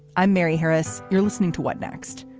i'm mary harris. you're listening to what next.